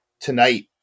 tonight